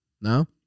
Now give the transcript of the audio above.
No